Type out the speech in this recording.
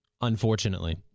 unfortunately